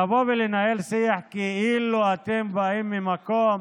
לבוא ולנהל שיח כאילו אתם באים ממקום